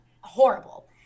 Horrible